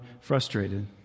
frustrated